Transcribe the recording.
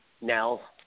Nell